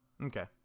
Okay